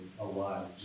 alive